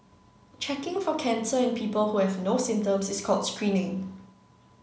checking for cancer in people who have no symptoms is called screening